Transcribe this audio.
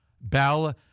Bell